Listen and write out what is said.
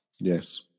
Yes